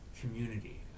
community